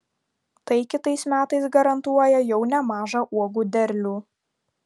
tai kitais metais garantuoja jau nemažą uogų derlių